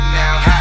now